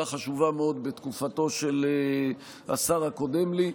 חשובה מאוד בתקופתו של השר הקודם לי.